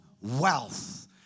wealth